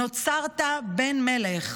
נוצרת בן מלך,